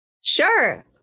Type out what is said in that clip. Sure